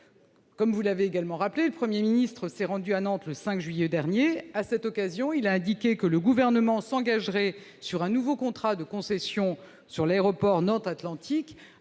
Comme vous l'avez également rappelé, le Premier ministre s'est rendu à Nantes le 5 juillet dernier. À cette occasion, il a indiqué que le Gouvernement s'engagerait sur un nouveau contrat de concession pour l'aéroport de Nantes-Atlantique,